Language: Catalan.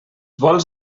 vols